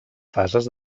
fases